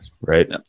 Right